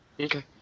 Okay